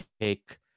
take